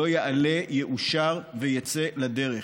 יאושר ויצא לדרך.